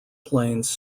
planes